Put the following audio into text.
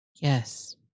Yes